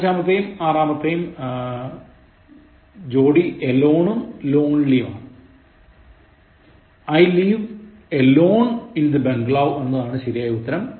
അഞ്ചാമത്തെത്തിന്റെയും ആറാമത്തെത്തിന്റെയും ജോഡി alone ഉം lonelyയുമാണ് I live alone in the bungalow എന്നതാണ് ശരിയായ ഉത്തരം